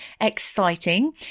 Exciting